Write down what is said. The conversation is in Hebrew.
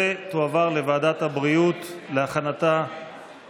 ותועבר לוועדת הבריאות להכנתה